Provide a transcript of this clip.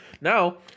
Now